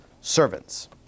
servants